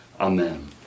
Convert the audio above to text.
Amen